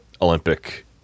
Olympic